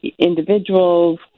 individuals